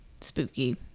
spooky